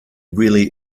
really